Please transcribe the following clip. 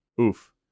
Oof